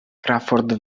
crawford